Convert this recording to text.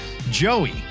Joey